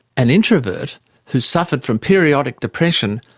an introvert who suffered from periodic depression,